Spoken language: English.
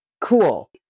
cool